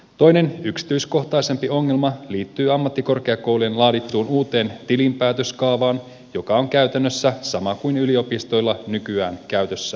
toinen yksityiskohtaisempi ongelma liittyy ammattikorkeakoulujen uuteen tilinpäätöskaavaan joka on käytännössä sama kuin yliopistoilla nykyään käytössä oleva